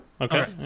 Okay